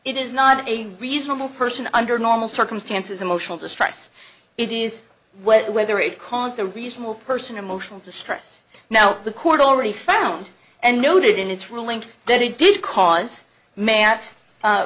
it is not a reasonable person under normal circumstances emotional distress it is whether it caused the reasonable person emotional distress now the court already found and noted in its ruling that it did cause ma